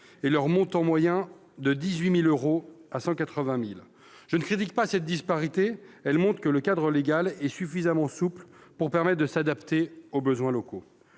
et leur montant moyen de 18 000 euros à 180 000 euros. Je ne critique pas cette disparité ; elle montre que le cadre légal est suffisamment souple pour permettre de s'adapter aux besoins locaux.